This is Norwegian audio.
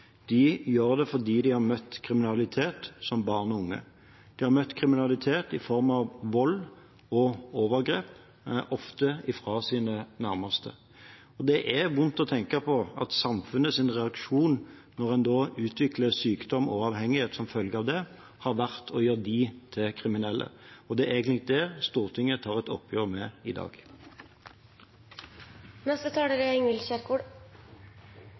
de har møtt kriminalitet som barn og unge. De har møtt kriminalitet i form av vold og overgrep, ofte fra sine nærmeste. Det er vondt å tenke på at samfunnets reaksjon, når en utvikler sykdom og avhengighet som følge av det, har vært å gjøre dem til kriminelle. Det er egentlig det Stortinget tar et oppgjør med i dag. Det er